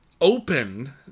open